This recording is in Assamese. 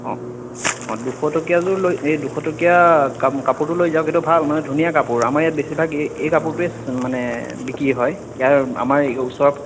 অ' অ' দুশটকীয়া যোৰ লৈ এই দুশটকীয়া কা কাপোৰটো লৈ যাওক এইটো ভাল মানে ধুনীয়া কাপোৰ আমাৰ ইয়াত বেছিভাগ এই এই কাপোৰটোয়ে মানে বিক্ৰী হয় ইয়াৰ আমাৰ ওচৰত